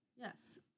Yes